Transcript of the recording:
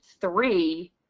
three